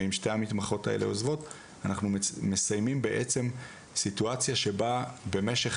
ואם שתי המתמחות האלה עוזבות אנחנו מסיימים בעצם סיטואציה שבה במשך